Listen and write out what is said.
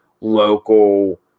local